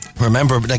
remember